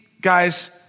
guys